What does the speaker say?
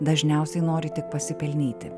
dažniausiai nori tik pasipelnyti